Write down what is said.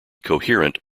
coherent